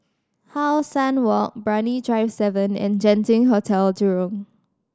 How Sun Walk Brani Drive Seven and Genting Hotel Jurong